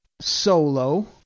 solo